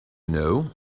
know